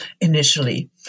initially